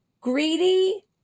greedy